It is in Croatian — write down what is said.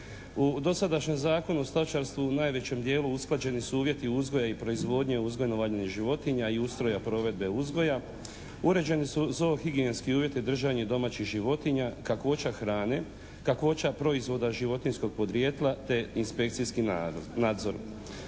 U dosadašnjem Zakonu o stočarstvu u najvećem dijelu usklađeni su uvjeti uzgoja i proizvodnje, uzgojovanju i životinja i ustroja provedbe uzgoja uređeni su zo higijenski uvjeti držanje domaćih životinja, kakvoća hrane, kakvoća proizvoda životinjskog podrijetla te inspekcijski nadzor.